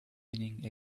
leaning